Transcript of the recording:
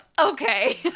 Okay